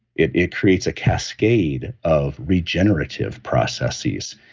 it it creates a cascade of regenerative processes.